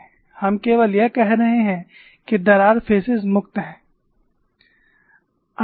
हम केवल यह कह रहे हैं कि दरार फेसेस मुक्त हैं